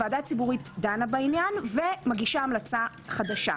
הוועדה הציבורית דנה בעניין ומגישה המלצה חדשה.